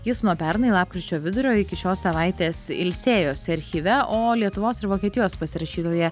jis nuo pernai lapkričio vidurio iki šios savaitės ilsėjosi archyve o lietuvos ir vokietijos pasirašytoje